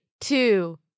two